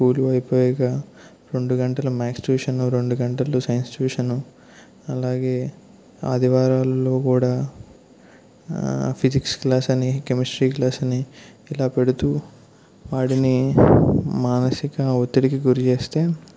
స్కూల్లో అయిపోయాక రెండు గంటలు మ్యాక్స్ ట్యూషను రెండు గంటలు సైన్స్ ట్యూషను అలాగే ఆదివారాలలో కూడా ఫిజిక్స్ క్లాస్ అని కెమిస్ట్రీ క్లాస్ అని ఇలా పెడుతూ వాడిని మానసిక ఒత్తిడికి గురి చేస్తే